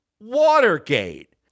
Watergate